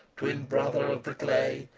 twin-brother of the clay,